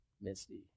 Misty